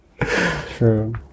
True